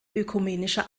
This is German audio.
ökumenischer